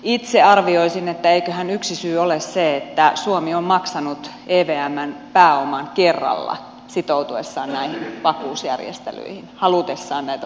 itse arvioisin että eiköhän yksi syy ole se että suomi on maksanut evmn pääoman kerralla sitoutuessaan näihin vakuusjärjestelyihin halutessaan näitä vakuuksia